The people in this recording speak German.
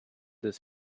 des